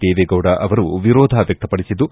ದೇವೇಗೌಡ ಅವರು ವಿರೋಧ ವ್ಯಕ್ತಪಡಿಸಿದ್ದು